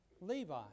Levi